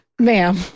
Ma'am